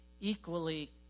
equally